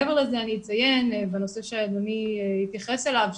מעבר לזה אני אציין בנושא שאדוני התייחס אליו,